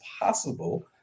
possible